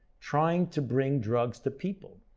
trying to bring drugs to people.